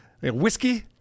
whiskey